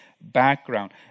background